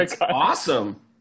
awesome